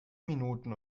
minuten